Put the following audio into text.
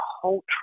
cultural